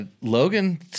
Logan